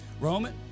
Roman